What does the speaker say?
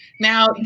Now